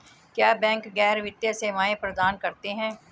क्या बैंक गैर वित्तीय सेवाएं प्रदान करते हैं?